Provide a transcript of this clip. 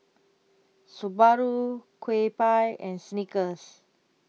Subaru Kewpie and Snickers